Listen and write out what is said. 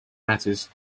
matters